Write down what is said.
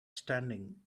standing